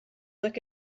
look